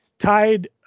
tied